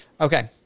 Okay